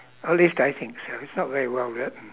at least I think so it's not very well written